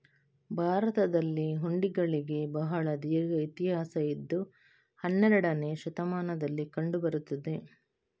ಭಾರತದಲ್ಲಿ ಹುಂಡಿಗಳಿಗೆ ಬಹಳ ದೀರ್ಘ ಇತಿಹಾಸ ಇದ್ದು ಹನ್ನೆರಡನೇ ಶತಮಾನದಲ್ಲಿ ಕಂಡು ಬರುತ್ತದೆ